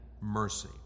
mercy